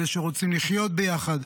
אלא שרוצים לחיות ביחד,